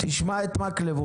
תשמע את מקלב,